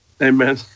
Amen